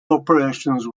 operations